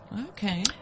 Okay